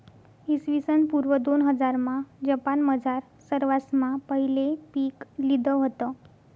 इसवीसन पूर्व दोनहजारमा जपानमझार सरवासमा पहिले पीक लिधं व्हतं